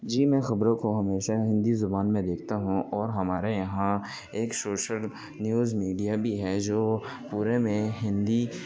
جی میں خبروں کو ہمیشہ ہندی زبان میں دیکھتا ہوں اور ہمارے یہاں ایک شوشل نیوز میڈیا بھی ہے جو پورے میں ہندی